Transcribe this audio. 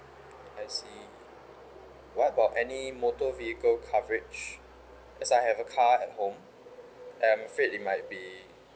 I see what about any motor vehicle coverage as I have a car at home I'm afraid it might be